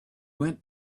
went